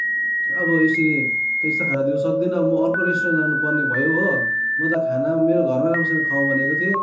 अब यसरी त्यस्तो खाना दिनु सक्दिनँ म अर्को रेस्टुरेन्ट लानुपर्ने भयो हो म त खाना मेरो राम्रोसँगले खुवाउ भनेको थिएँ